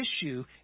issue